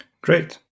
Great